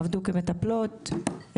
עבדו כמטפלות,